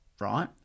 right